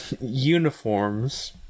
uniforms